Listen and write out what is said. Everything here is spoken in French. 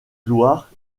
gloire